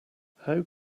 how